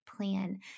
plan